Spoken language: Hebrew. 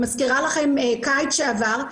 מזכירה לכם בקיץ שעבר,